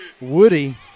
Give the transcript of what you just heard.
Woody